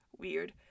Weird